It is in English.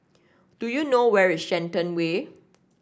do you know where is Shenton Way